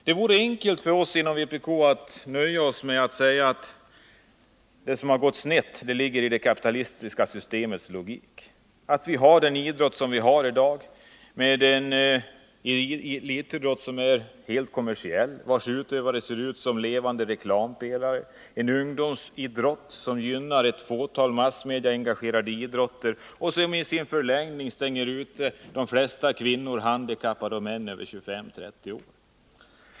Det vore enkelt för oss inom vpk att nöja oss med att säga att det som har gått snett är en logisk följd av det kapitalistiska systemet, att det är grunden till att vi har den idrott vi har i dag — med en elitidrott som är helt kommersiell och vars utövare ser ut som levande reklampelare, en ungdomsidrott som gynnar ett fåtal massmediaengagerade grenar och som i sin förlängning stänger ute de flesta kvinnor, handikappade och män över 25-30 år.